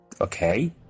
Okay